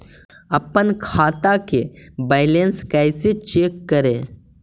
अपन खाता के बैलेंस कैसे चेक करे?